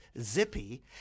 Zippy